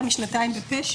שנתיים?